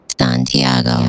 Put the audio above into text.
Santiago